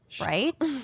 Right